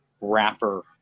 wrapper